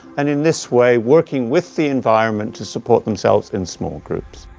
and in this way, working with the environment to support themselves in small groups.